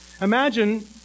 Imagine